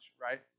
right